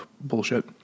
bullshit